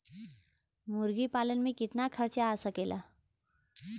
मुर्गी पालन में कितना खर्च आ सकेला?